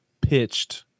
pitched